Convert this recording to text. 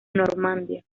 normandía